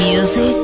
Music